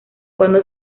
cuando